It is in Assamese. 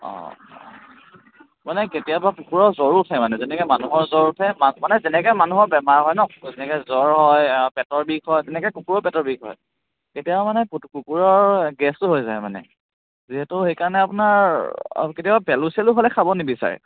অঁ মানে কেতিয়াবা কুকুৰৰ জ্বৰ উঠে মানে যেনেকে মানুহৰ জ্বৰ উঠে মানে যেনেকে মানুহৰ বেমাৰ হয় ন যেনেকে জ্বৰ হয় পেটৰ বিষ হয় তেনেকে কুকুৰৰ পেটৰ বিষ হয় তেতিয়া মানে কুকুৰৰ গেছো হৈ যায় মানে যিহেতু সেইকাৰণে আপোনাৰ কেতিয়াবা পেলু চেলু হ'ল খাব নিবিচাৰে